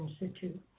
institute